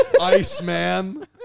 Iceman